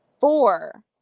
four